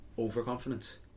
overconfidence